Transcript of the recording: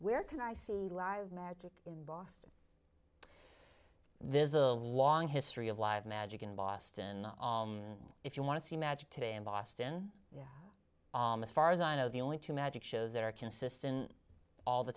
where can i see live magic in boston there's a long history of live magic in boston if you want to see magic today in boston yeah alma's far as i know the only two magic shows that are consistent all the